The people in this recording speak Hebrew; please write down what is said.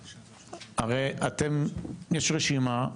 הרי, אתם, יש רשימה,